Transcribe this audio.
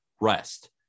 rest